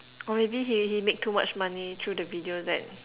or maybe he he make too much money through the video that